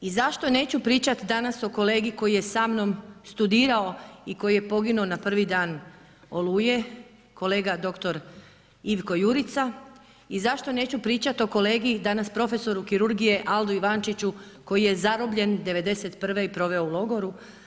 I zašto neću pričati danas o kolegi koji je samnom studirao i koji je poginuo na prvi dan Oluje, kolega dr. Ivko Jurica i zašto neću pričati o kolegi, danas prof. kirurgije Aldu Ivančiću koji je zarobljen '91. i proveo u logoru.